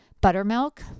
Buttermilk